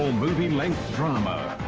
so movie-length drama.